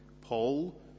Paul